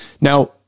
Now